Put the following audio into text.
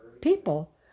people